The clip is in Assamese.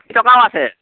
ষাঠি টকাও আছে